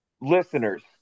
listeners